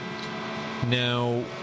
Now